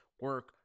Work